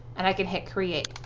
and i can hit create.